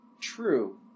true